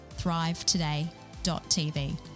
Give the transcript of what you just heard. thrivetoday.tv